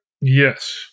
Yes